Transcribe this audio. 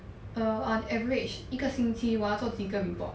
err on average 一个星期我做几个 report